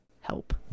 help